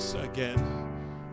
again